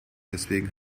deswegen